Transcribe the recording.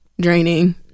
Draining